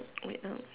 wait